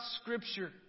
Scripture